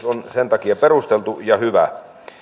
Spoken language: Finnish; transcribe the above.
on perusteltu ja hyvä